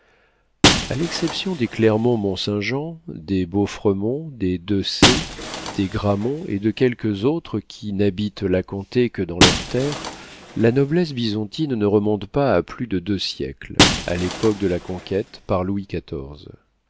a l'exception des clermont mont saint jean des beauffremont des de scey des gramont et de quelques autres qui n'habitent la comté que dans leurs terres la noblesse bisontine ne remonte pas à plus de deux siècles à l'époque de la conquête par louis